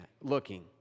looking